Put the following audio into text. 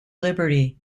liberty